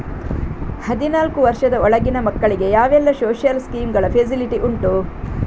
ಹದಿನಾಲ್ಕು ವರ್ಷದ ಒಳಗಿನ ಮಕ್ಕಳಿಗೆ ಯಾವೆಲ್ಲ ಸೋಶಿಯಲ್ ಸ್ಕೀಂಗಳ ಫೆಸಿಲಿಟಿ ಉಂಟು?